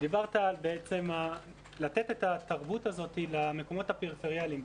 דיברת על לתת את התרבות הזאת למקומות הפריפריאליים.